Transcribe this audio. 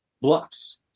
bluffs